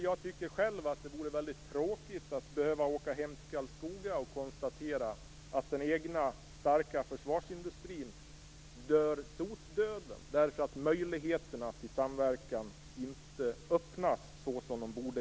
Jag tycker själv att det vore väldigt tråkigt att behöva åka hem till Karlskoga och konstatera att den egna starka försvarsindustrin dör sotdöden därför att möjligheterna till samverkan inte öppnas såsom de borde.